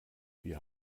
wir